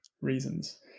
reasons